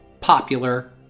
popular